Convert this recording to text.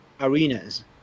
arenas